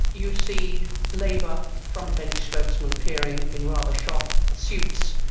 you see labour front bench spokesmen appearing in rather sharp suits,